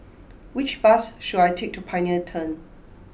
which bus should I take to Pioneer Turn